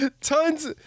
tons